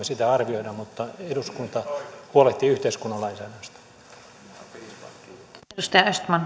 sitä arvioida mutta eduskunta huolehtii yhteiskunnan lainsäädännöstä